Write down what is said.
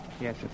Yes